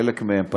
חלק מהן,